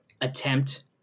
attempt